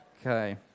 Okay